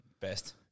Best